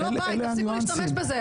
זה לא בית, תפסיקו להשתמש בזה.